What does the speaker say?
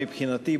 מבחינתי,